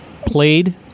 played